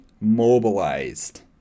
mobilized